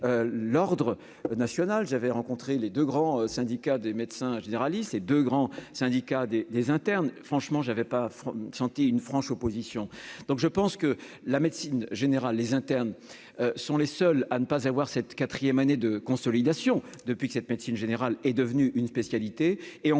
l'Ordre national j'avais rencontré les 2 grands syndicats des médecins généralistes et de grands syndicat des des internes, franchement j'avais pas senti une franche opposition donc je pense que la médecine générale, les internes sont les seuls à ne pas avoir cette 4ème année de consolidation depuis que cette médecine générale est devenue une spécialité